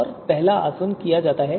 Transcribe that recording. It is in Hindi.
और पहला आसवन किया जाता है